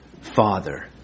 father